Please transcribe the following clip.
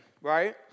right